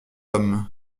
homme